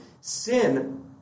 sin